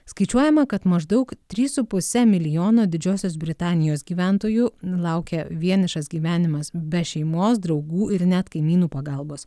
skaičiuojama kad maždaug trys su puse milijono didžiosios britanijos gyventojų laukia vienišas gyvenimas be šeimos draugų ir net kaimynų pagalbos